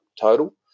total